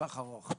לטווח ארוך.